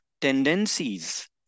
tendencies